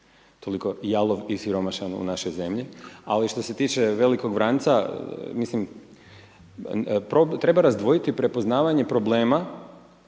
toliko jalov i siromašan u našoj zemlji. Ali što se tiče velikog vranca, mislim, treba razdvojiti prepoznavanje problema